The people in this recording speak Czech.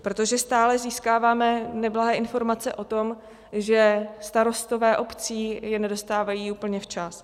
Protože stále získáváme neblahé informace o tom, že starostové obcí je nedostávají úplně včas.